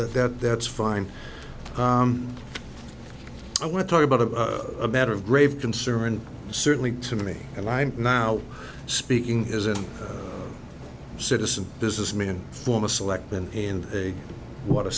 that that that's fine i want to talk about a a matter of grave concern certainly to me and i'm now speaking is a citizen businessman form a select then in a want